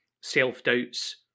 self-doubts